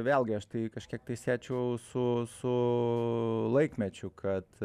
vėlgi aš tai kažkiek tai siečiau su su laikmečiu kad